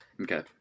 Okay